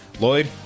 Lloyd